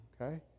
okay